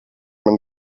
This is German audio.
man